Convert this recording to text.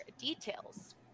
details